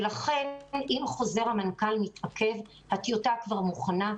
לכן הטיוטה של חוזר מנכ"ל כבר מוכנה,